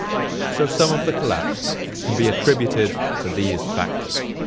so, some of the collapse can be attributed to these factors,